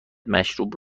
مشروب